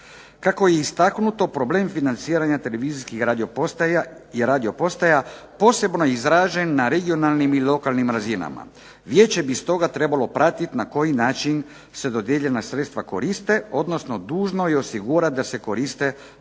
Kako je istaknuto problem financiranja televizijskih radio postaja i radio postaja posebno je izražen na regionalnim i lokalnim razinama. Vijeće bi stoga trebalo pratiti na koji način se dodijeljena sredstva koriste, odnosno dužno je osigurati da se koriste za